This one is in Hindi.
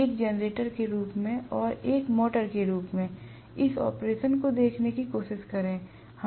एक जनरेटर के रूप में और एक मोटर के रूप में इस ऑपरेशन को देखने की कोशिश करें